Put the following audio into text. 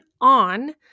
on